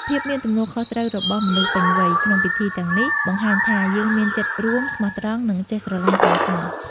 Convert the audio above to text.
ភាពមានទំនួលខុសត្រូវរបស់មនុស្សពេញវ័យ ក្នុងពិធីទាំងនេះ បង្ហាញថាយើងមានចិត្តរួម ស្មោះត្រង់ និងចេះស្រឡាញ់គ្រួសារ។